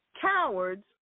Cowards